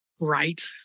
right